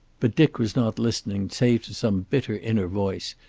but dick was not listening, save to some bitter inner voice,